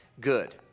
good